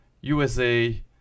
USA